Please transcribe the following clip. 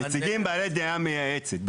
נציגים בעלי דעה מייעצת.